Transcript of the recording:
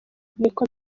niko